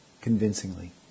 convincingly